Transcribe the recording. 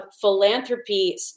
philanthropy